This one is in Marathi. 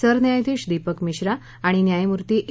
सरन्यायाधीश दीपक मिश्रा आणि न्यायमूर्ती ए